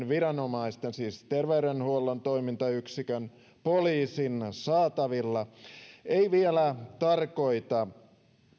viranomaisten siis terveydenhuollon toimintayksikön poliisin saatavilla ei vielä tarkoita